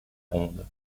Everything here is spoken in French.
ronde